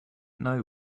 know